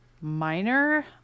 minor